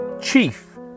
chief